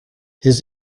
his